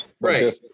Right